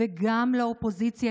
וגם לאופוזיציה,